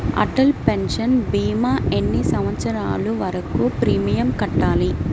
Atal pension భీమా ఎన్ని సంవత్సరాలు వరకు ప్రీమియం కట్టాలి?